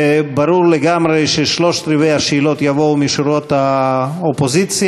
ברור לגמרי ששלושת-רבעי השאלות יבואו משורות האופוזיציה,